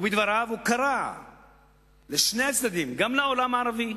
ובדבריו הוא קרא לשני הצדדים, גם לעולם הערבי,